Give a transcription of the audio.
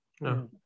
No